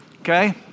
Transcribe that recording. okay